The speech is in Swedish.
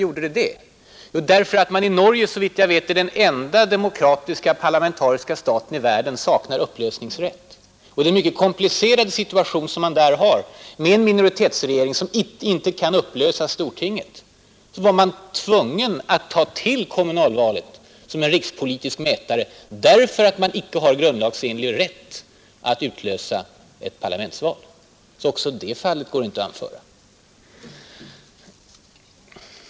Jo, det var bl.a. det förhållandet att Norge, såvitt jag vet, är den enda demokratiska, parlamentariska stat i världen som saknar upplösningsrätt. Med den mycket komplicerade situation som man där har med en mi oritetsregering, som inte har grundlagsenlig rätt att upplösa stortinget och utlysa ett parlamentsval, var man tvungen att använda kommunalvalet som en rikspolitisk mätare. Inte heller det exemplet kan alltså anföras.